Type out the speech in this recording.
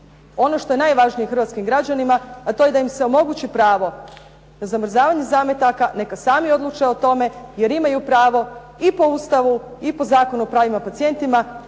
ono što je najvažnije hrvatskim građanima, a to je da im se omogući pravo da zamrzavanje zametaka neka sami odluče o tome, jer imaju pravo i po Ustavu i po Zakonu o pravima pacijentima